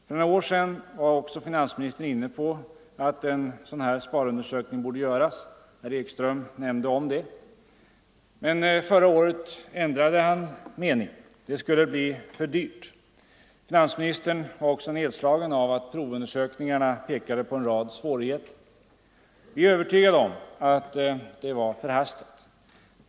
För några år sedan var — såsom nämnts av herr Ekström — också finansministern inne på tanken att en sådan sparundersökning borde göras. Men förra året ändrade han mening — det skulle bli för dyrt. Finansministern var även nedslagen av att provundersökningarna pekade på en rad svårigheter. Vi är övertygade om att detta beslut var förhastat.